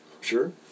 Sure